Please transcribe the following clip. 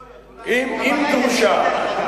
יכול להיות, אולי, הבעיה היא אצלי דרך אגב,